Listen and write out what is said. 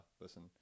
listen